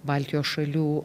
baltijos šalių